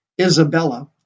Isabella